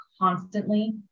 constantly